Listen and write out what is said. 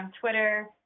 Twitter